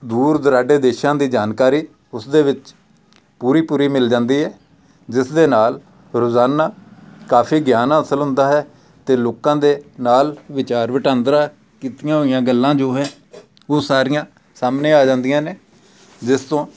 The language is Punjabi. ਦੂਰ ਦੁਰਾਡੇ ਦੇਸ਼ਾਂ ਦੀ ਜਾਣਕਾਰੀ ਉਸ ਦੇ ਵਿੱਚ ਪੂਰੀ ਪੂਰੀ ਮਿਲ ਜਾਂਦੀ ਹੈ ਜਿਸ ਦੇ ਨਾਲ ਰੋਜ਼ਾਨਾ ਕਾਫੀ ਗਿਆਨ ਹਾਸਿਲ ਹੁੰਦਾ ਹੈ ਅਤੇ ਲੋਕਾਂ ਦੇ ਨਾਲ ਵਿਚਾਰ ਵਟਾਂਦਰਾ ਕੀਤੀਆਂ ਹੋਈਆਂ ਗੱਲਾਂ ਜੋ ਹੈ ਉਹ ਸਾਰੀਆਂ ਸਾਹਮਣੇ ਆ ਜਾਂਦੀਆਂ ਨੇ ਜਿਸ ਤੋਂ